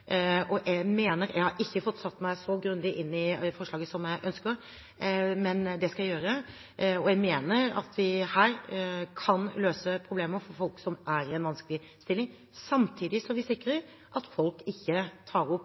Jeg har ikke fått satt meg så grundig inn i forslaget som jeg ønsker, men det skal jeg gjøre. Jeg mener at vi her kan løse problemer for folk som er i en vanskelig stilling, samtidig som vi sikrer at folk ikke tar opp